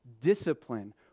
discipline